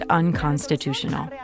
unconstitutional